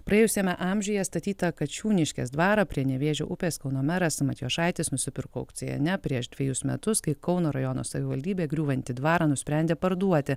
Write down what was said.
praėjusiame amžiuje statytą kačiūniškės dvarą prie nevėžio upės kauno meras matijošaitis nusipirko aukcione prieš dvejus metus kai kauno rajono savivaldybė griūvantį dvarą nusprendė parduoti